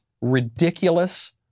ridiculous